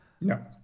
No